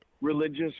religious